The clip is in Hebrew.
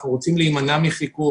אנחנו רוצים להימנע מחיכוך.